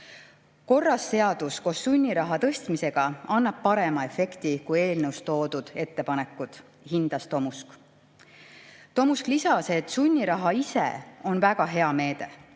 Korras seadus koos sunniraha tõstmisega annab parema efekti kui eelnõus toodud ettepanekud, hindas Tomusk. Tomusk lisas, et sunniraha ise on väga hea meede.